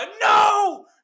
no